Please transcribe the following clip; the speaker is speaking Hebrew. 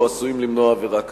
או עשויים למנוע עבירה כזו.